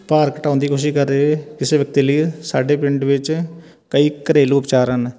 ਭਾਰ ਘਟਾਉਣ ਦੀ ਕੋਸ਼ਿਸ਼ ਕਰ ਰਹੇ ਕਿਸੇ ਵਿਅਕਤੀ ਲਈ ਸਾਡੇ ਪਿੰਡ ਵਿੱਚ ਕਈ ਘਰੇਲੂ ਉਪਚਾਰ ਹਨ